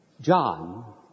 John